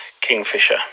Kingfisher